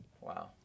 Wow